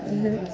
ಅಂದ್ರೆ